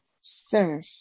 serve